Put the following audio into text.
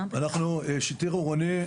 שיטור עירוני,